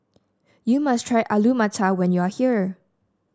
you must try Alu Matar when you are here